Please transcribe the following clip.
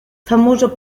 famoso